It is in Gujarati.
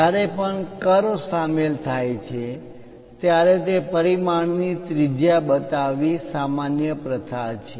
જ્યારે પણ કર્વ વળાંક સામેલ થાય છે ત્યારે તે પરિમાણ ની ત્રિજ્યા બતાવવી સામાન્ય પ્રથા છે